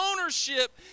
ownership